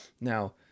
Now